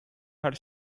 had